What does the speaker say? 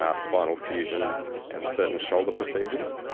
ah spinal fusion and certain shoulder procedures.